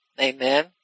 amen